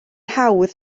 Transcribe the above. hawdd